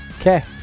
Okay